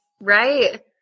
Right